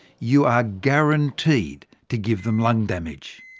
you are guaranteed to give them lung damage.